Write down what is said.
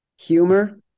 humor